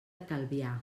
calvià